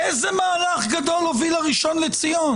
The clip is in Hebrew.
איזה מהלך גדול הוביל הראשון לציון?